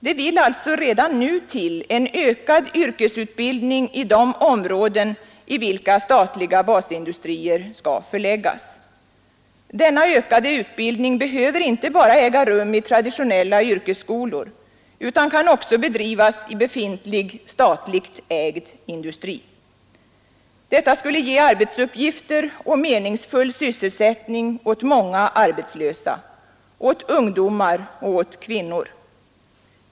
Det vill alltså redan nu till en ökad yrkesutbildning i de områden där statliga basindustrier skall förläggas. Denna ökade utbildning behöver inte äga rum bara i traditionella yrkeskolor utan kan också bedrivas i befintlig statligt ägd industri. Detta skulle ge arbetsuppgifter och meningsfull sysselsättning åt många arbetslösa, åt ungdomar och åt kvinnor.